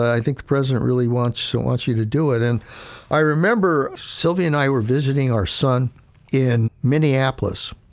i think the president really wants and so wants you to do it. and i remember sylvia and i were visiting our son in minneapolis,